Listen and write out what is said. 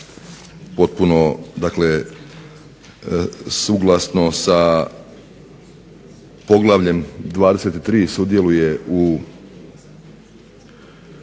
potpuno suglasno sa poglavljem 23. sudjeluje u